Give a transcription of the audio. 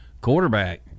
Quarterback